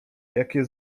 jakie